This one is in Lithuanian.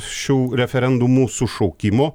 šių referendumų sušaukimo